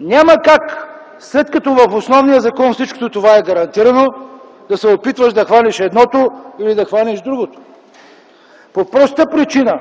Няма как, след като в основния закон всичко това е гарантирано, да се опитваш да хванеш едното или да хванеш другото по простата причина,